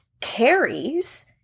carries